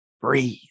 Breathe